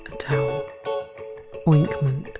towel oinkment